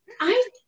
I